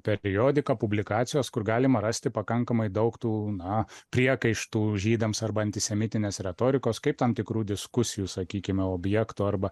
periodika publikacijos kur galima rasti pakankamai daug tų na priekaištų žydams arba antisemitinės retorikos kaip tam tikrų diskusijų sakykime objekto arba